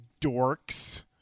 dorks